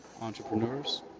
Entrepreneurs